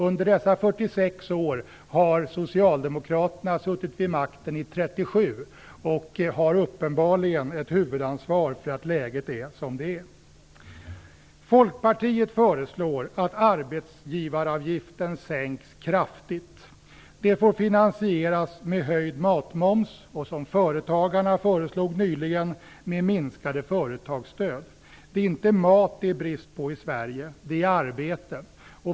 Under dessa 46 år har Socialdemokraterna suttit vid makten i 37 år, och de har uppenbarligen ett huvudansvar för att läget är som det är. Folkpartiet föreslår att arbetsgivaravgiften sänks kraftigt. Det får finansieras med höjd matmoms och med minskat företagsstöd, vilket företagarna också föreslog nyligen. Det är inte mat det är brist på i Sverige - det är arbete.